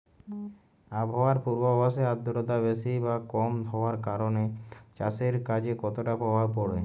আবহাওয়ার পূর্বাভাসে আর্দ্রতা বেশি বা কম হওয়ার কারণে চাষের কাজে কতটা প্রভাব পড়ে?